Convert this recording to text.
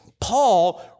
Paul